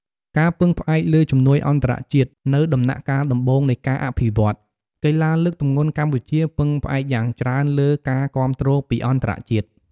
ការពឹងផ្អែកលើជំនួយអន្តរជាតិ នៅដំណាក់កាលដំបូងនៃការអភិវឌ្ឍន៍ កីឡាលើកទម្ងន់កម្ពុជាពឹងផ្អែកយ៉ាងច្រើនលើ ការគាំទ្រពីអន្តរជាតិ។